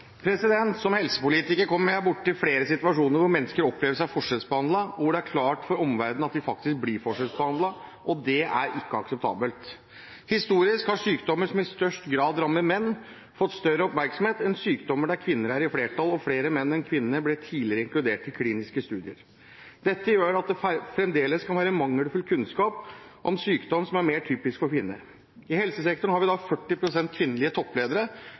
klart for omverdenen at de faktisk blir forskjellsbehandlet. Det er ikke akseptabelt. Historisk har sykdommer som i størst grad rammer menn, fått større oppmerksomhet enn sykdommer som et flertall av kvinner får, og flere menn enn kvinner blir tidligere inkludert i kliniske studier. Dette gjør at det fremdeles kan være mangelfull kunnskap om sykdom som er mer typisk for kvinner. I helsesektoren har vi 40 pst. kvinnelige toppledere.